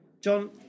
John